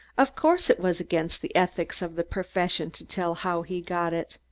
of course it was against the ethics of the profession to tell how he got it.